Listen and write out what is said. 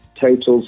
totals